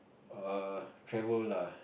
err travel lah